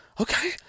okay